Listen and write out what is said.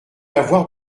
avoir